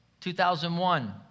2001